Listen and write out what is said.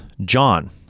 John